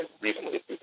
recently